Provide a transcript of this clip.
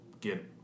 get –